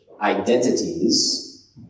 identities